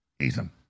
Ethan